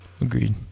agreed